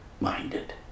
minded